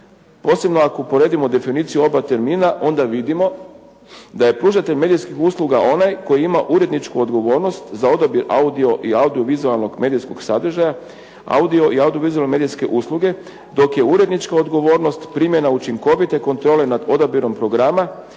posebno ako uporedimo definiciju oba termina onda vidimo da je pružatelj medijskih usluga onaj koji ima uredničku odgovornost za odabir audio i audio-vizualnog sadržaja, audio i audio-vizualne medijske usluge dok je urednička odgovornost primjena učinkovite kontrole nad odabirom programa